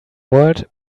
world